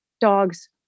dogs